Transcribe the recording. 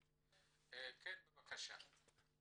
בבקשה.